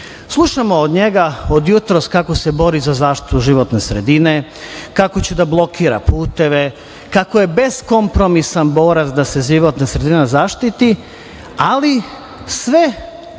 aršine. Slušamo od njega od jutros kako se bori za zaštitu životne sredine, kako će da blokira puteve, kako je beskompromisan borac da se životna sredina zaštiti, ali sve